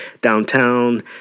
downtown